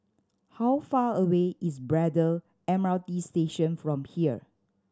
how far away is Braddell M R T Station from here